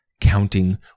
counting